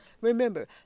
Remember